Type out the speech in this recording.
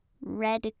Red